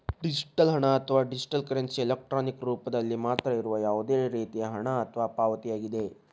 digital ಹಣ, ಅಥವಾ digital currency, electronic ರೂಪದಲ್ಲಿ ಮಾತ್ರ ಇರುವ ಯಾವುದೇ ರೇತಿಯ ಹಣ ಅಥವಾ ಪಾವತಿಯಾಗಿದೆ